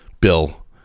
bill